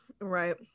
Right